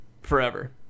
forever